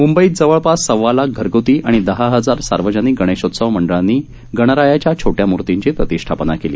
म्ंबईत जवळपास सव्वा लाख घरग्ती आणि दहा हजार सार्वजनिक गणेशोत्सव मंडळांनी गणरायाच्या छोट्या मूर्तींची प्रतिष्ठापना केली